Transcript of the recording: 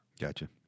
gotcha